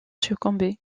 succombé